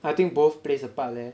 I think both plays a part leh